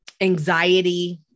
anxiety